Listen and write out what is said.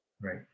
Right